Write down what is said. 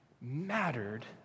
mattered